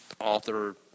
author